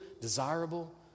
desirable